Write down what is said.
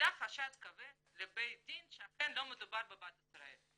עלה חשד כבד לבית הדין שאכן לא מדובר בבת ישראל".